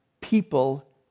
people